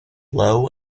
low